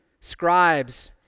scribes